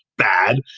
bad,